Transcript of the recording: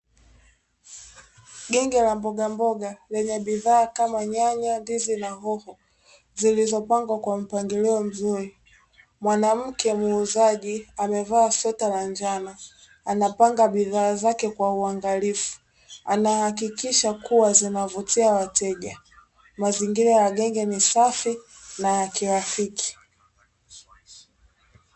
Genge la mbogamboga lenye bidhaa kama; Nyanya, Ndizi na hoho zilizopangwa kwa mpangilio mzuri, Mwanamke muuzaji amevaa sweta la njano anapanga bidhaa zake kwa uangalifu, anahakikisha kuwa zinawavutia wateja, mazingira ya genge ni safi na ya kirafiki.